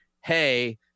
Hey